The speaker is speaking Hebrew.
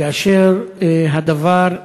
כאשר הדבר,